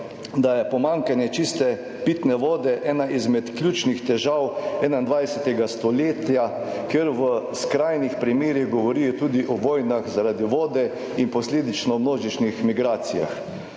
da je pomanjkanje čiste pitne vode ena izmed ključnih težav 21. stoletja, kjer v skrajnih primerih govorijo tudi o vojnah zaradi vode in posledično v množičnih migracijah.